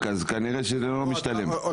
כנראה שזה לא משתלם.